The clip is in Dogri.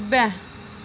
खब्बै